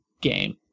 game